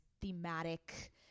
thematic